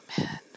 Amen